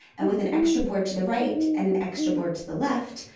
and with an extra board to the right, and an extra board to the left,